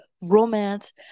romance